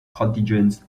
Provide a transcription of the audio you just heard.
contingents